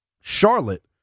Charlotte